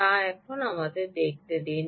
তা এখন আমাদের দেখতে দিন